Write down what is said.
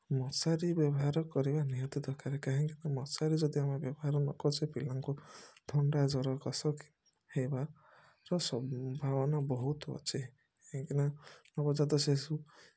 ମଶାରୀ ବ୍ୟବହାର କରିବା ନିହାତି ଦରକାର କାହିଁକି ମଶାରୀ ଯଦି ଆମେ ବ୍ୟବହାର ନ କସି ପିଲାଙ୍କୁ ଥଣ୍ଡା ଜ୍ୱର କାଶ ହେବାର ସମ୍ଭାବନା ବହୁତ ଅଛି କାହିଁକିନା ନବଜାତ ଶିଶୁ